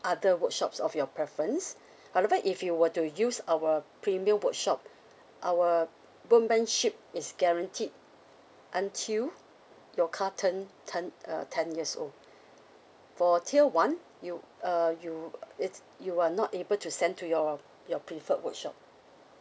other workshops of your preference however if you were to use our premium workshop our workmanship is guaranteed until your car turn turn uh ten years old for tier one you uh you it's you are not able to send to your your preferred workshop